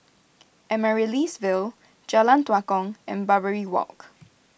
Amaryllis Ville Jalan Tua Kong and Barbary Walk